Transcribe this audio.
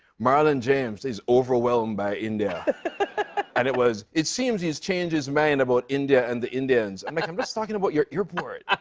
marlon james is overwhelmed by india. laughs and it was, it seems he's changed his mind about india and the indians. i'm like, i'm just talking about your airport.